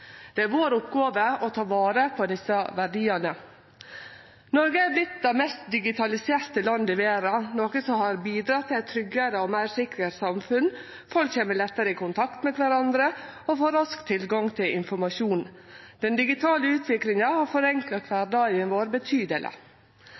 Det er vår oppgåve å ta vare på desse verdiane. Noreg har vorte det mest digitaliserte landet i verda, noko som har bidrege til eit tryggare og meir sikkert samfunn. Folk kjem lettare i kontakt med kvarandre og får raskt tilgang til informasjon. Den digitale utviklinga har forenkla